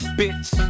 bitch